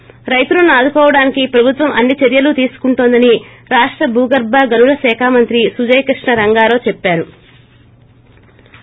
ి రైతులను ఆదుకోడానికి ప్రభుత్వం అన్ని చర్యలు తీసుకుంటోందని రాష్ట భూగర్బ గనుల శాఖ మంత్రి సుజయ్ కృష్ణ రంగారావు చెప్పారు